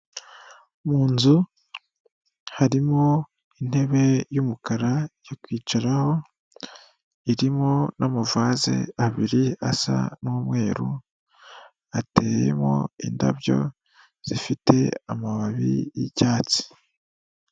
Mu nzu harimo intebe y'umukara yo kwicaraho irimo n'amavaze abiri asa n'umweru ateyemo indabyo zifite amababi y'icyatsi.